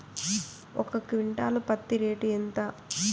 ఒక క్వింటాలు పత్తి రేటు ఎంత?